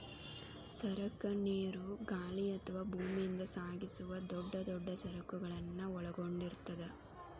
ಸರಕ ನೇರು ಗಾಳಿ ಅಥವಾ ಭೂಮಿಯಿಂದ ಸಾಗಿಸುವ ದೊಡ್ ದೊಡ್ ಸರಕುಗಳನ್ನ ಒಳಗೊಂಡಿರ್ತದ